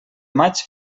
maig